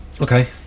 okay